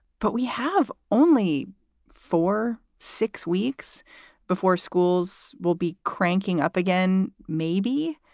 but we have only for six weeks before schools will be cranking up again. maybe.